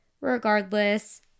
Regardless